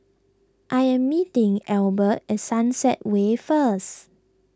I am meeting Albert at Sunset Way first